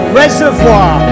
reservoir